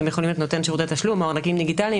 הם יכולים להיות נותן שירותי תשלום או ארנקים דיגיטליים.